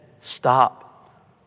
Stop